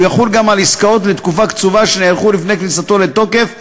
והוא יחול גם על עסקאות לתקופה קצובה שנערכו לפני כניסתו לתוקף,